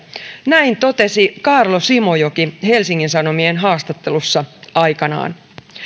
näin totesi kaarlo simojoki helsingin sanomien haastattelussa aikanaan